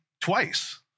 twice